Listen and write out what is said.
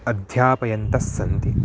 अध्यापयन्तस्सन्ति